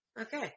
Okay